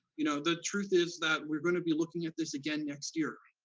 you know, the truth is that we're gonna be looking at this again next year,